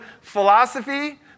philosophy